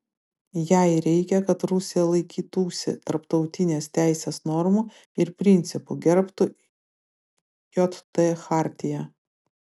jai reikia kad rusija laikytųsi tarptautinės teisės normų ir principų gerbtų jt chartiją